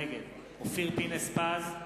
נגד אופיר פינס-פז,